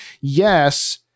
yes